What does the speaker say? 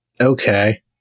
Okay